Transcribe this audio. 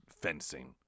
fencing